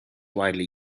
widely